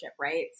right